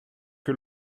que